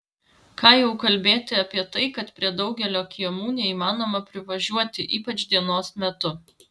ką jau kalbėti apie tai kad prie daugelio kiemų neįmanoma privažiuoti ypač dienos metu